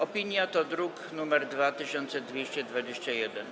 Opinia to druk nr 2221.